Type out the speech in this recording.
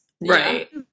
Right